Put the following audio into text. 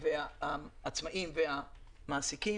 העצמאים והמעסיקים.